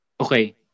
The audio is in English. okay